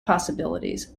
possibilities